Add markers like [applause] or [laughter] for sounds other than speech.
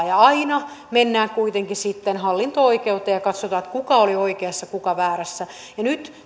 [unintelligible] ja aina mennään kuitenkin sitten hallinto oikeuteen ja katsotaan kuka oli oikeassa kuka väärässä nyt